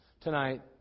Tonight